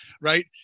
right